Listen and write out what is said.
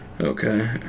Okay